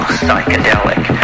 psychedelic